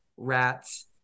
Rats